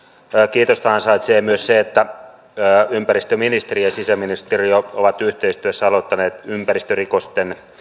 kiitosta ansaitsee myös se että ympäristöministeriö ja sisäministeriö ovat yhteistyössä aloittaneet ympäristörikosten